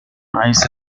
ice